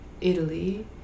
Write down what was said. Italy